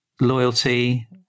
loyalty